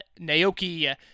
Naoki